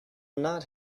not